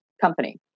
company